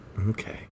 Okay